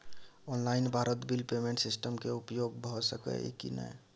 Online Bharat bill payment system के उपयोग भ सके इ की नय?